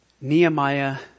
Nehemiah